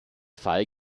fall